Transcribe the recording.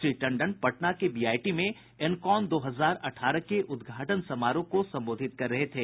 श्री टंडन पटना के बीआईटी में ऐनकॉन दो हजार अठारह के उद्घाटन समारोह को संबोधित कर रहे थे